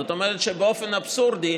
זאת אומרת שבאופן אבסורדי,